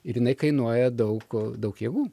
ir jinai kainuoja daug daug jėgų